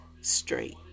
straight